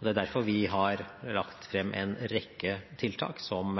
Det er derfor vi har lagt frem en rekke tiltak som